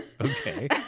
Okay